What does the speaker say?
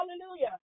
hallelujah